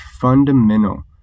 fundamental